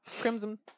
Crimson